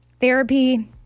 therapy